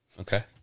Okay